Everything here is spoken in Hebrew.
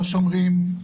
לא שומרים,